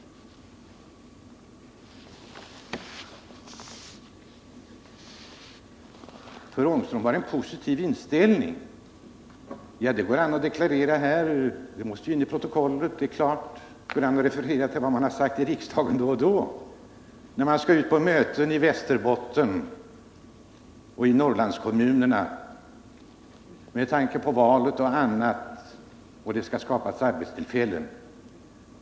Herr Ångström har en positiv inställning. Ja, det går an att deklarera här. Det måste in i protokollet, för att man skall kunna referera till vad man har sagt i riksdagen när man är ute på möten i Västerbotten och Norrlandskommunerna och när man med tanke på valet skall visa att man vill skapa arbetstillfällen.